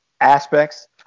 aspects